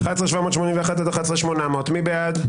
11,781 עד 11,800, מי בעד?